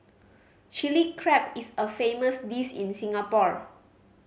Chilli Crab is a famous dish in Singapore